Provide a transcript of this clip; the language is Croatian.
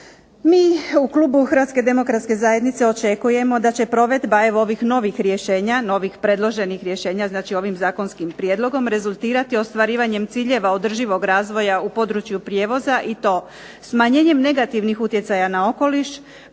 Mi u klubu Hrvatske demokratske zajednice očekujemo da će provedba evo ovih novih rješenja, novih predloženih rješenja, znači ovim zakonskim prijedlogom rezultirati ostvarivanjem ciljeva održivog razvoja u području prijevoza, i to smanjenjem negativnih utjecaja na okoliš,